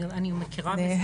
אני מכירה.